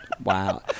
Wow